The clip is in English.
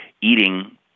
eating